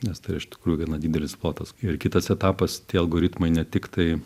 nes tai iš tikrųjų gana didelis plotas ir kitas etapas tie algoritmai ne tik tai